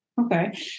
Okay